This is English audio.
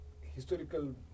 historical